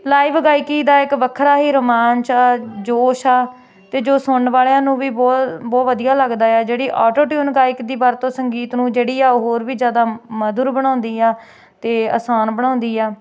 live ਗਾਇਕੀ ਦਾ ਇੱਕ ਵੱਖਰਾ ਹੀ ਰੋਮਾਨਚ ਜੋਸ਼ ਆ ਤੇ ਜੋ ਸੁਣਨ ਵਾਲਿਆਂ ਨੂੰ ਵੀ ਬਹੁਤ ਬਹੁਤ ਵਧੀਆ ਲੱਗਦਾ ਆ ਜਿਹੜੀ ਆਟੋ ਟਿਊਨ ਗਾਇਕ ਦੀ ਵਰਤੋਂ ਸੰਗੀਤ ਨੂੰ ਜਿਹੜੀ ਆ ਉਹ ਹੋਰ ਵੀ ਜ਼ਿਆਦਾ ਮਧੁਰ ਬਣਾਉਂਦੀ ਆ ਅਤੇ ਆਸਾਨ ਬਣਾਉਂਦੀ ਆ